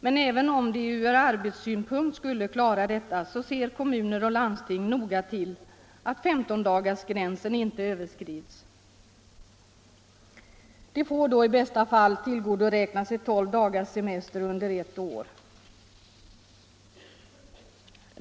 Men även om man från arbetssynpunkt skulle klara detta, ser kommuner och landsting noga till att femtondagarsgränsen inte överskrids. Vakarna får då i bästa fall tillgodoräkna sig tolv dagars semester under ett år.